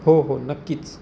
हो हो नक्कीच